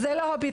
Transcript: אז זה לא הפתרון.